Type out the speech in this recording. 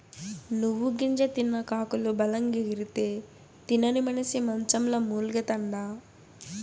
నువ్వు గింజ తిన్న కాకులు బలంగెగిరితే, తినని మనిసి మంచంల మూల్గతండా